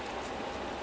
ya